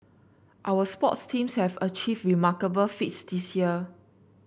our sports teams have achieved remarkable feats this year